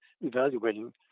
evaluating